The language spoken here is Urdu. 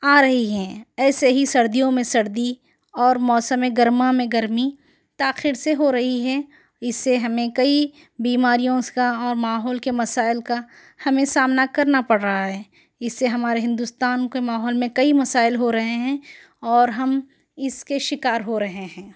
آ رہی ہیں ایسے ہی سردیوں میں سردی اور موسم گرما میں گرمی تاخیر سے ہو رہی ہے اس سے ہمیں کئی بیماریوں کا اور ماحول کے مسائل کا ہمیں سامنا کرنا پڑ رہا ہے اس سے ہمارے ہندوستان کے ماحول میں کئی مسائل ہو رہے ہیں اور ہم اس کے شکار ہو رہے ہیں